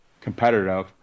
competitive